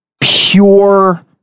pure